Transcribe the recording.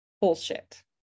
bullshit